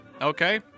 okay